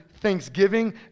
thanksgiving